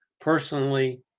personally